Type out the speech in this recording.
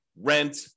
rent